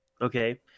okay